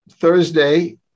Thursday